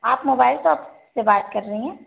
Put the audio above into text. आप mobile shop से बात कर रहे हैं